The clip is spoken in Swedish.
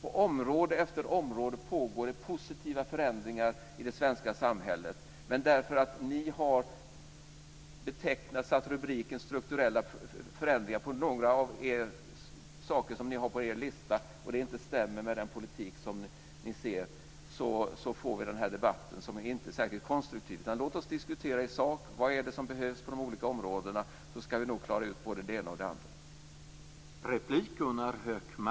På område efter område pågår det positiva förändringar i det svenska samhället. Men bara för att ni har satt rubriken Strukturella förändringar för några av era punkter på er lista och den inte stämmer med den politik ni ser får vi denna inte särskilt konstruktiva debatt. Låt oss diskutera i sak vad det är som behövs på de olika områdena, så ska vi nog klara ut både det ena och det andra.